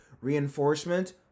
reinforcement